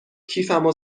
کیفمو